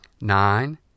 Nine